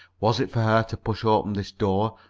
was it for her to push open this door,